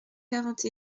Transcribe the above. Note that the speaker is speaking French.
quarante